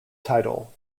title